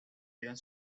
eran